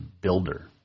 builder